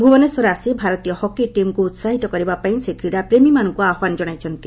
ଭୁବନେଶ୍ୱର ଆସି ଭାରତୀୟ ହକି ଟିମ୍କୁ ଉତ୍ସାହିତ କରିବାପାଇଁ ସେ କ୍ରୀଡ଼ାପ୍ରେମୀମାନଙ୍କୁ ଆହ୍ୱାନ ଜଣାଇଛନ୍ତି